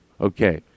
okay